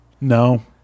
No